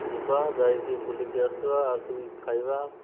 ଯିବା ଯାଇକି ବୁଲିକି ଆସିବା ଆସିକି ଖାଇବା